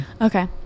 okay